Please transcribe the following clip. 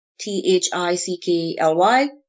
T-H-I-C-K-L-Y